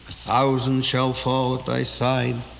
thousand shall fall at thy side